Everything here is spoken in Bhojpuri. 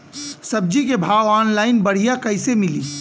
सब्जी के भाव ऑनलाइन बढ़ियां कइसे मिली?